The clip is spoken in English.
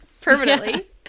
permanently